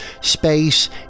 Space